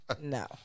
No